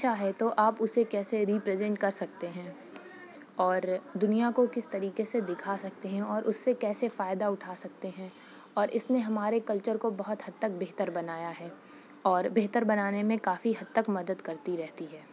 اچھا ہے تو آپ اسے کیسے رپرزینٹ کر سکتے ہیں اور دنیا کو کس طریقے سے دکھا سکتے ہیں اور اس سے کیسے فائدہ اٹھا سکتے ہیں اور اس نے ہمارے کلچر کو بہت حد تک بہتر بنایا ہے اور بہتر بنانے میں کافی حد تک مدد کرتی رہتی ہے